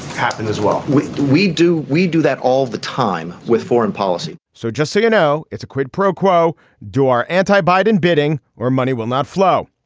happened as well. we we do we do that all the time with foreign policy so just so you know it's a quid pro quo do our anti biden bidding or money will not flow.